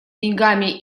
деньгами